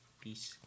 peace